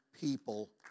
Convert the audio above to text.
people